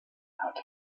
had